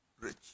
rich